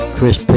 Chris